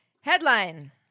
Headline